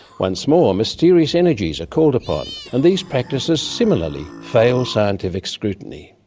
once more, mysterious energies are called upon and these practices similarly fail scientific scrutiny.